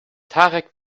tarek